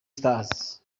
stars